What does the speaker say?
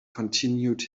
continued